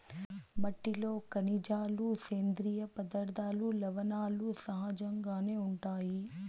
మట్టిలో ఖనిజాలు, సేంద్రీయ పదార్థాలు, లవణాలు సహజంగానే ఉంటాయి